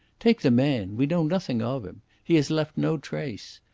take the man! we know nothing of him. he has left no trace.